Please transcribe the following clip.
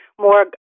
more